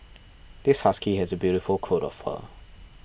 this husky has a beautiful coat of fur